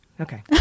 okay